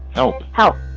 oh how.